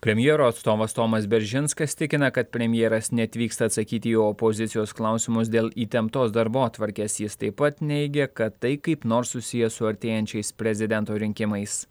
premjero atstovas tomas beržinskas tikina kad premjeras neatvyksta atsakyti į opozicijos klausimus dėl įtemptos darbotvarkės jis taip pat neigia kad tai kaip nors susiję su artėjančiais prezidento rinkimais